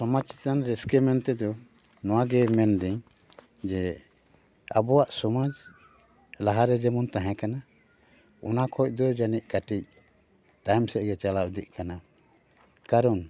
ᱥᱚᱢᱟᱡ ᱪᱮᱛᱟᱱ ᱨᱟᱹᱥᱠᱟᱹ ᱢᱮᱱ ᱛᱮᱫᱚ ᱱᱚᱣᱟ ᱜᱮᱧ ᱢᱮᱱ ᱮᱫᱟᱹᱧ ᱡᱮ ᱟᱵᱚᱣᱟᱜ ᱥᱚᱢᱟᱡ ᱞᱟᱦᱟ ᱨᱮ ᱡᱮᱢᱚᱱ ᱛᱟᱦᱮᱸ ᱠᱟᱱᱟ ᱚᱱᱟ ᱠᱷᱚᱱ ᱫᱚ ᱠᱟᱹᱴᱤᱡ ᱛᱟᱭᱚᱢ ᱥᱮᱫᱜᱮ ᱪᱟᱞᱟᱣ ᱤᱫᱤᱜ ᱠᱟᱱᱟ ᱠᱟᱨᱚᱱ